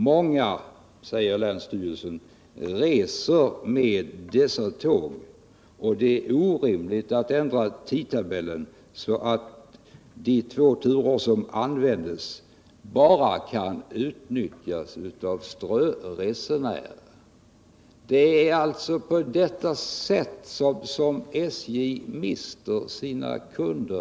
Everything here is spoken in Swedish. Många, säger länsstyrelsen, reser med dessa tåg, och det är orimligt att ändra tidtabellen så att de två turer som används bara kan utnyttjas av ströresenärer. Det är alltså på detta sätt som SJ mister sina kunder.